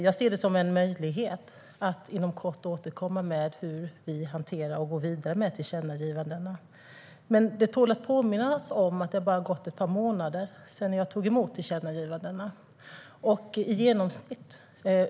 Jag ser det som en möjlighet att inom kort återkomma med hur vi hanterar och går vidare med tillkännagivandena. Men det tål att påminna om att det bara har gått ett par månader sedan jag tog emot tillkännagivandena.